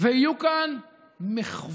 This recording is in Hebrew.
ויהיו כאן מחוות,